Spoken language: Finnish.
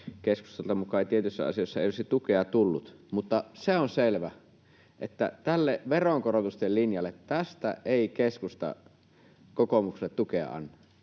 keskustalta muka ei tietyissä asioissa olisi tukea tullut. Mutta se on selvä, että tälle veronkorotusten linjalle ei keskusta kokoomukselle tukea anna.